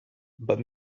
but